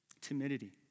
Timidity